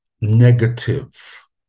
negative